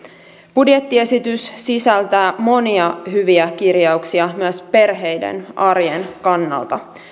budjettiesitys sisältää monia hyviä kirjauksia myös perheiden arjen kannalta